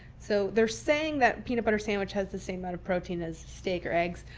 so they're saying that peanut butter sandwich has the same amount of protein as steak or eggs,